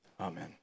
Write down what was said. Amen